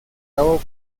cabo